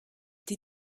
die